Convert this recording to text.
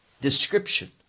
description